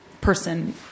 person